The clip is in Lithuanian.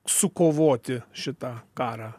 sukovoti šitą karą